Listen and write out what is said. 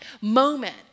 moment